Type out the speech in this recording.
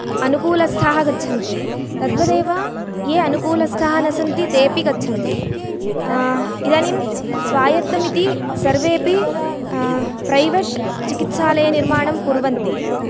अनुकूलस्थाः गच्छन्ति तद्वदेव ये अनुकूलस्थाः न सन्ति ते अपि गच्छन्ति इदानीं स्वायत्तमिति सर्वेऽपि प्रैवेट् चिकित्सालयनिर्माणं कुर्वन्ति